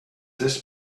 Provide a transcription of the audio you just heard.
this